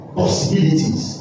possibilities